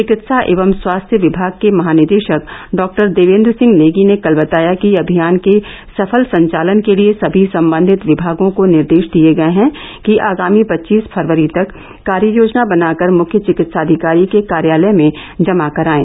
चिकित्सा एवं स्वास्थ्य विमाग के महानिदेशक डॉक्टर देवेन्द्र सिंह नेगी ने कल बताया कि अभियान के सफल संचालन के लिये सभी संबंधित विमागों को निर्देश दिये गये हैं कि आगामी पच्चीस फरवरी तक कार्ययोजना बनाकर मुख्य चिकित्साधिकारी के कार्यालय में जमा करायें